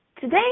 today